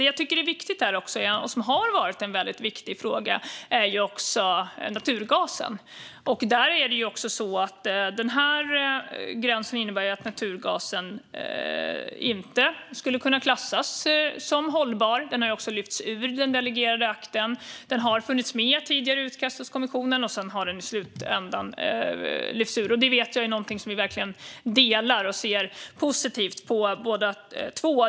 Det jag också tycker har varit en väldigt viktig fråga är naturgasen. Den här gränsen innebär att naturgasen inte skulle kunna klassas som hållbar. Den har också lyfts ur den delegerade akten. Den har funnits med i tidigare utkast hos kommissionen, och sedan har den i slutändan lyfts ur. Jag vet att detta är något som vi båda två verkligen delar och ser positivt på.